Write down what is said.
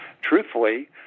truthfully